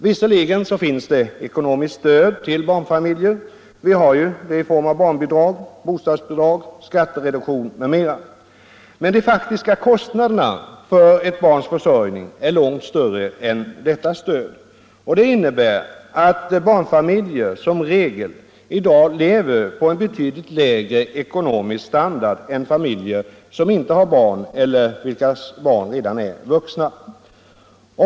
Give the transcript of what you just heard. Visserligen finns det ekonomiskt stöd till barnfamiljer i form av barnbidrag, bostadsbidrag, skattereduktion m.m. Men de faktiska kostnaderna för ett barns försörjning är långt större än detta stöd. Det innebär att barnfamiljer som regel i dag lever på betydligt lägre ekonomisk standard än familjer som inte har barn eller vilkas barn redan är vuxna.